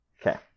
Okay